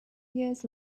years